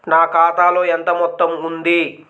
నా ఖాతాలో ఎంత మొత్తం ఉంది?